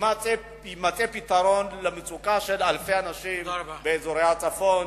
יימצא פתרון למצוקה של אלפי אנשים באזורי הצפון,